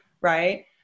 right